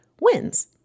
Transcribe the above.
wins